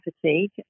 fatigue